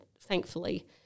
thankfully